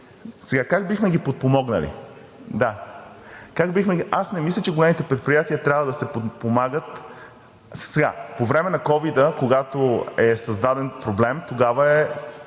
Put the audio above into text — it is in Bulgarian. Как бихме ги подпомогнали? Аз не мисля, че големите предприятия трябва да се подпомагат. По време на ковида, когато е създаден проблем, тогава е